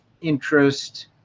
interest